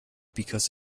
because